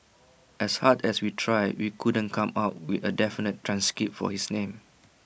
as hard as we tried we couldn't come up with A definitive transcript for his name